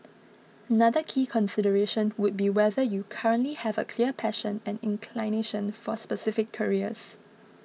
another key consideration would be whether you currently have a clear passion and inclination for specific careers